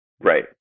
Right